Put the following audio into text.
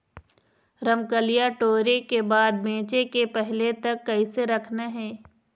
रमकलिया टोरे के बाद बेंचे के पहले तक कइसे रखना हे?